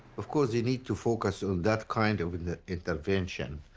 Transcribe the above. of course you need to focus on that kind of intervention,